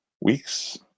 weeks